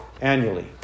annually